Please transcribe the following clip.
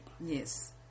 Yes